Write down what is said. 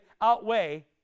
outweigh